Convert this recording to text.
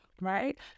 right